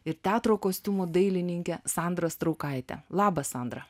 ir teatro kostiumų dailininke sandra straukaite labas sandra